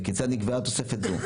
וכיצד נקבעה תוספת זו?